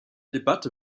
debatte